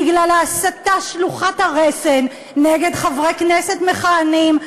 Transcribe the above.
בגלל ההסתה שלוחת הרסן נגד חברי כנסת מכהנים,